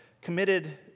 committed